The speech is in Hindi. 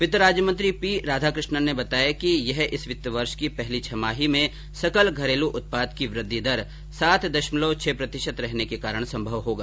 वित्त राज्य मंत्री पी राधाकृष्णन ने बताया कि यह इस वित्त वर्ष की पहली छमाही में सकल घरेलू उत्पाद की वृद्धि दर सात दशमलव छह प्रतिशत रहने के कारण संभव होगा